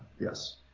yes